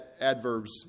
adverbs